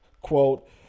Quote